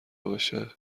باشه